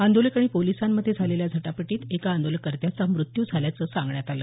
आंदोलक आणि पोलिसांमध्ये झालेल्या झटापटीत एका आंदोलनकर्त्याचा मृत्यू झाल्याचं सांगण्यात आलं